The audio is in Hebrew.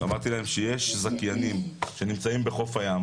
אמרתי להם שיש זכיינים שנמצאים בחוף הים,